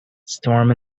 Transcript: storm